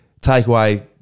takeaway